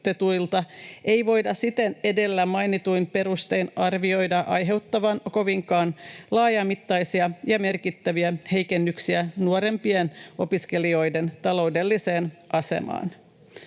ei voida siten edellä mainituin perustein arvioida aiheuttavan kovinkaan laajamittaisia ja merkittäviä heikennyksiä nuorimpien opiskelijoiden taloudelliseen asemaan.